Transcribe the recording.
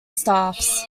staffs